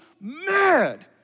mad